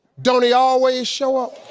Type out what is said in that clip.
don't he always show up?